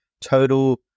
total